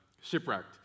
shipwrecked